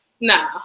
No